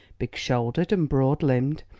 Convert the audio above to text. big-shouldered and broad limbed,